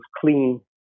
clean